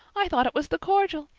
i thought it was the cordial.